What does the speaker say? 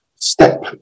step